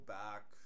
back